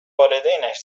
والدینش